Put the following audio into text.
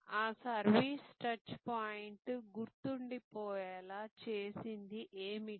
ఆ service touch point గుర్తుండిపోయేలా చేసింది ఏమిటి